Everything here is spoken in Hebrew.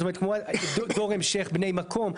זאת אומרת כמו דור המשך, בני מקום.